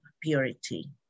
purity